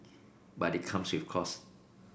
but it comes with costs